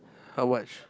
how much